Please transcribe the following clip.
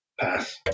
Pass